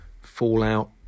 fallout